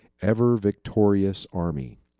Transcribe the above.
ever-victorious army.